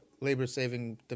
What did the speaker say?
labor-saving